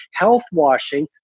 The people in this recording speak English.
healthwashing